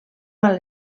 mal